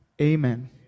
Amen